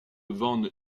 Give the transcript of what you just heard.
van